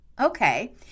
Okay